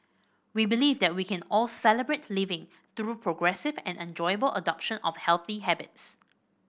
we believe that we can all Celebrate Living through progressive and enjoyable adoption of healthy habits